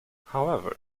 however